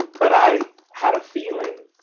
but i had a feeling.